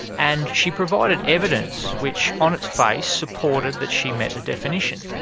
and she provided evidence which on its face supported that she met the definition.